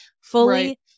fully